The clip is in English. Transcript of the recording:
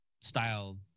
style